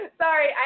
Sorry